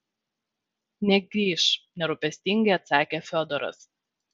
negrįš nerūpestingai atsakė fiodoras